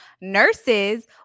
Nurses